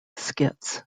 skits